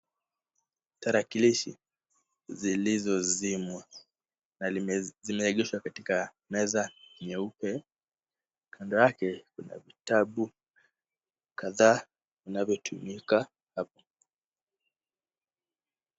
Tarakilishi zilizozimwa na zimeegeshwa katika meza nyeupe. Kando yake kuna vitabu kadhaa vinavyotumika hapo.